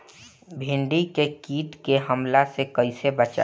भींडी के कीट के हमला से कइसे बचाई?